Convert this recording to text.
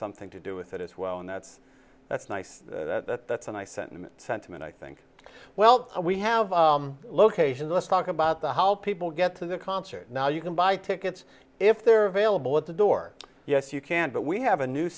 something to do with it as well and that's that's nice that i sent him a sentiment i think well we have a location let's talk about the how people get to the concert now you can buy tickets if they're available at the door yes you can but we have a new